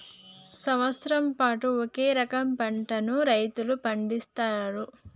సంవత్సరం పాటు ఒకే రకం పంటలను రైతులు పండిస్తాండ్లు